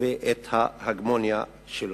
ואת ההגמוניה שלו.